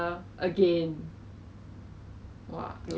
所以他不算 cheesecake but 他上面只是 cheese 而已